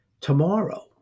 tomorrow